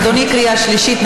אדוני, קריאה שלישית.